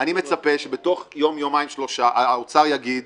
אני מצפה שבתוך יום-יומיים-שלושה האוצר יגיד